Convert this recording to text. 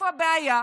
איפה הבעיה?